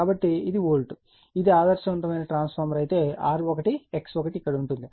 కాబట్టి ఇది వోల్ట్ ఇది ఆదర్శవంతమైన ట్రాన్స్ఫార్మర్ అయితే R1 X1 ఇక్కడ ఉంటుంది